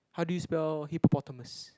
how do you spell hippopotamus